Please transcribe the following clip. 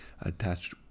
attached